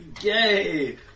Yay